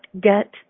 get